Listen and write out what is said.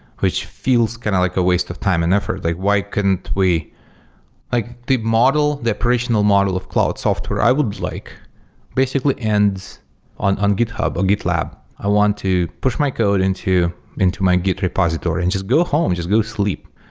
which feels kind of like a waste of time and effort. like why couldn't we like the model, the operational model of cloud software i would like basically ends on on github or gitlab. i want to push my code into into my git repository and just go home, just go sleep.